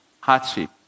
hardship